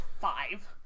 five